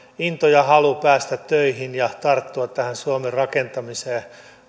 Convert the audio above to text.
into ja halu päästä töihin ja tarttua tähän suomen rakentamiseen